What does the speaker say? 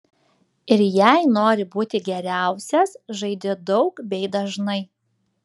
ir jei nori būti geriausias žaidi daug bei dažnai